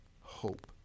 hope